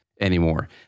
anymore